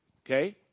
okay